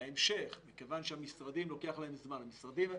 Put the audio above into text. מכיוון שלוקח זמן למשרדים.